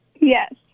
yes